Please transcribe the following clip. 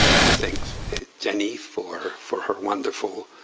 i wanna thank jenny for for her wonderful,